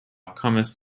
comest